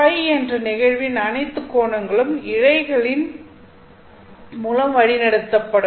Ø என்ற நிகழ்வின் அனைத்து கோணங்களும் இழைகளின் மூலம் வழிநடத்தப்படும்